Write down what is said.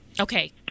Okay